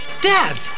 Dad